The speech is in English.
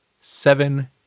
seven